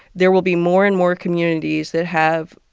there will be more and more communities that have,